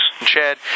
Chad